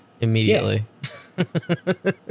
immediately